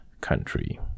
Country